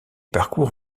parcours